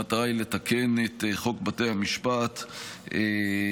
המטרה היא לתקן את חוק בתי המשפט באופן